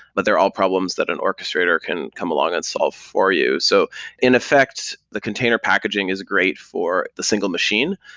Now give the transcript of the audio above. but they're all problems that an orchestrator can come along and solve for you. so in effect, the container packaging is great for the single machine,